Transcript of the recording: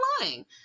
lying